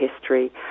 history